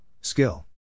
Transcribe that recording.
Skill